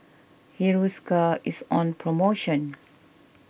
Hiruscar is on promotion